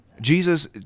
Jesus